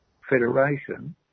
federation